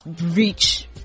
reach